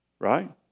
right